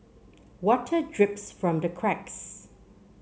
water drips from the cracks